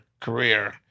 career